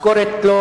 משכורת לא